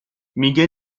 میگه